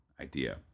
idea